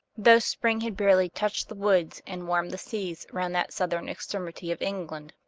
though spring had barely touched the woods and warmed the seas round that southern extremity of england.